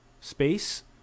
space